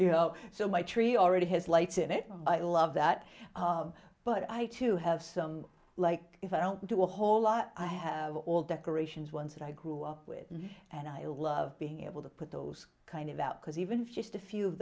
you know so my tree already has lights in it and i love that but i too have some like if i don't do a whole lot i have all decorations ones that i grew up with and i love being able to put those kind of out because even if just a few of